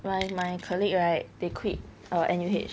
my my colleague right they quit err nuh